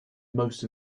most